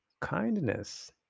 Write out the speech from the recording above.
kindness